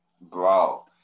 bro